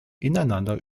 ineinander